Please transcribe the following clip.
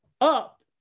up